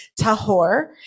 tahor